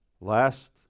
last